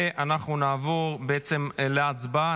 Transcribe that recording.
ואנחנו נעבור בעצם להצבעה.